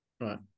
Right